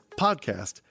podcast